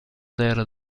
terra